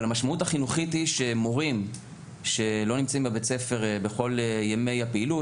אבל המשמעות החינוכית היא שמורים שלא נמצאים בבית ספר בכל ימי הפעילות,